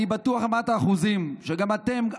אני בטוח במאת האחוזים שגם אתם,